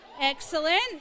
Excellent